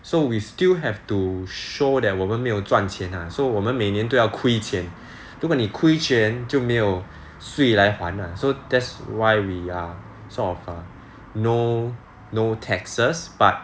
so we still have to show that 我们没有赚钱 ah so 我们每年都要亏钱如果你亏钱就没有税来还 ah so that's why we are sort of err no no taxes but